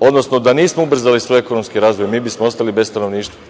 odnosno da nismo ubrzali svoj ekonomski razvoj mi bismo ostali bez stanovništva.